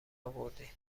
آوردین